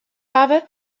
hawwe